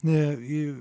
ne į